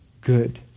good